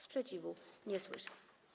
Sprzeciwu nie słyszę.